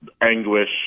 anguish